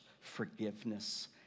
forgiveness